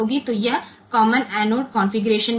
तो यह common anode configuration में है